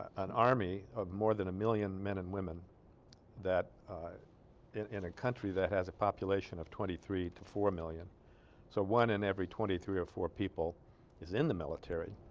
an army of more than a million men and women in in a country that has a population of twenty three to four million so one in every twenty three or four people is in the military